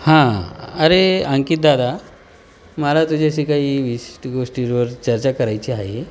हां अरे अंकित दादा मला तुझ्याशी काही विशिष्ट गोष्टीवर चर्चा करायची आहे